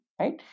right